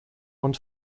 und